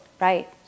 right